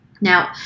Now